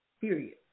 period